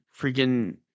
freaking